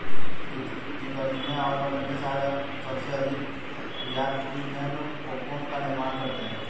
तितलियाँ और पतंगे शायद सबसे अधिक ज्ञात कीट हैं जो कोकून का निर्माण करते हैं